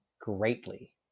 greatly